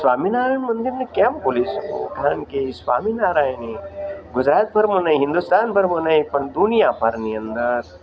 સ્વામિનારાયણ મંદિરને કેમ ભૂલી શકું કારણ કે એ સ્વામિનારાયણે ગુજરાતભરમાં નહીં હિન્દુસ્તાનમાં ભરમાં નહીં પણ દુનિયાભરની અંદર